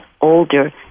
older